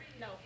No